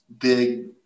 big